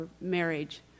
marriage